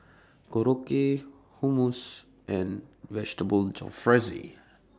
Korokke Hummus and Vegetable Jalfrezi